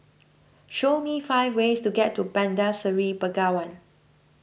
show me five ways to get to Bandar Seri Begawan